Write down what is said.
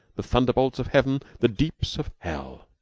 the thunderbolts of heaven, the deeps of hell,